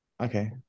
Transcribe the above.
Okay